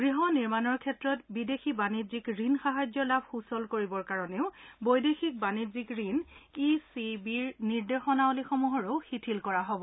গৃহ নিৰ্মাণৰ ক্ষেত্ৰত বিদেশী বাণিজ্যিক ঋণ সাহায্য লাভ সূচল কৰাৰ বাবেও বৈদেশিক বাণিজ্যিক ঋণ ই চি বিৰ নিৰ্দেশনাৱলীসমূহৰো শিথিল কৰা হ'ব